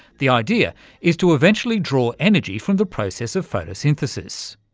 the idea is to eventually draw energy from the process of photosynthesis.